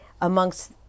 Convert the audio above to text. amongst